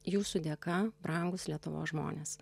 jūsų dėka brangūs lietuvos žmonės